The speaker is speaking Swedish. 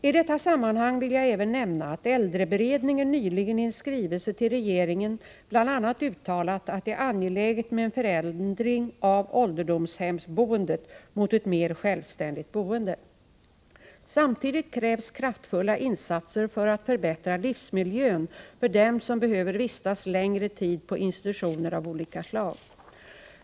I detta sammanhang vill jag även nämna, att äldreberedningen nyligen i en skrivelse till regeringen bl.a. uttalat att det är angeläget med en förändring av ålderdomshemsboendet mot ett mer självständigt boende. Samtidigt krävs kraftfulla insatser för att förbättra livsmiljön för dem som behöver vistas längre tid på institutioner av olika slag.